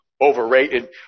overrated